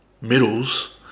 middles